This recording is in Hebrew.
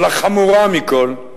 אבל החמורה מכול,